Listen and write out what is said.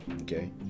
Okay